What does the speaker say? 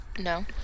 No